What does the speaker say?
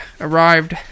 arrived